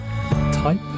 type